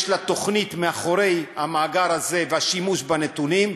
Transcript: יש לה תוכנית מאחורי המאגר הזה והשימוש בנתונים,